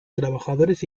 trabajadores